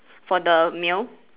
for the male